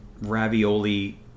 ravioli